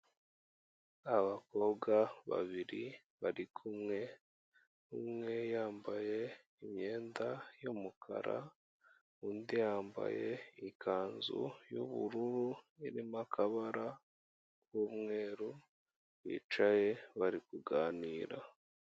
Abakobwa babiri bari kumwe, umwe yambaye imyenda y'umukara undi yambaye ikanzu y'ubururu irimo akabara k'umweru bicaye bari kuganira.